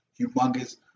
humongous